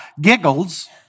giggles